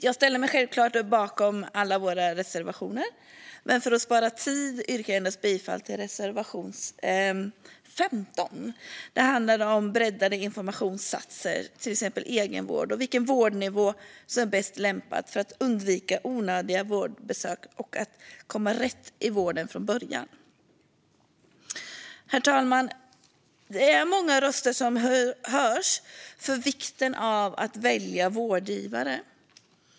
Jag ställer mig självklart bakom alla våra reservationer, men för att spara tid yrkar jag bifall endast till reservation 15, som handlar om breddade informationsinsatser, till exempel om egenvård och vilken vårdnivå som är bäst lämpad för att undvika onödiga vårdbesök och komma rätt i vården från början. Herr talman! Många röster hörs för vikten av att kunna välja vårdgivare.